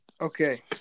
Okay